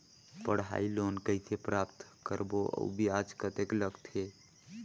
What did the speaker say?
पढ़ाई लोन कइसे प्राप्त करबो अउ ब्याज कतेक लगथे?